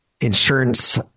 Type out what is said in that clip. Insurance